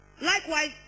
likewise